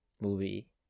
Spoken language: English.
movie